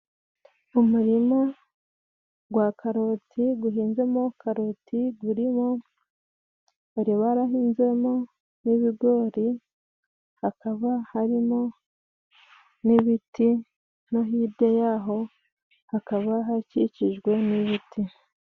Umurima gwa karoti guhinzemo karoti guriho, bari barahinzemo n'ibigori hakaba harimo n'ibiti no hirya y'aho hakaba hakikijwe n'ibiti.